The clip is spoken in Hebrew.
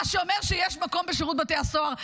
מה שאומר שיש מקום בשירות בתי הסוהר.